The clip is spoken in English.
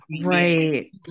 right